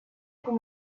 com